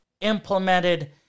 implemented